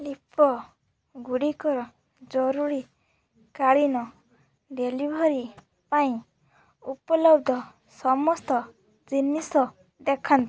Nippo ଗୁଡ଼ିକର ଜରୁରୀକାଳୀନ delivery ପାଇଁ ଉପଲବ୍ଧ ସମସ୍ତ ଜିନିଷ ଦେଖାନ୍ତୁ